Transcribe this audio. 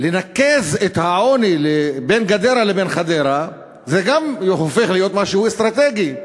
לנקז את העוני בין גדרה לבין חדרה זה גם הופך להיות משהו אסטרטגי.